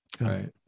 Right